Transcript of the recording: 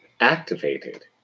Activated